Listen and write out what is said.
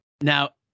Now